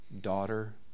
daughter